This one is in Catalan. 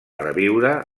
reviure